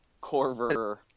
Corver